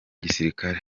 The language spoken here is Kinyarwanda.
gisirikare